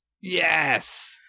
yes